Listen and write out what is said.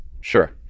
Sure